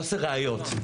חוסר ראיות.